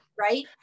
right